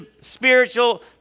spiritual